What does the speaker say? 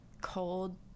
cold